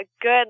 good